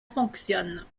fonctionne